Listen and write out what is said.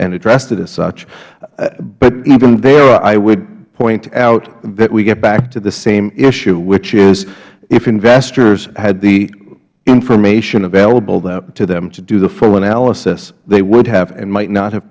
it as such but even there i would point out that we get back to the same issue which is if investors had the information available to them to do the full analysis they would have and might not have